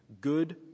good